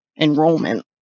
enrollment